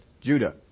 Judah